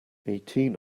eighteen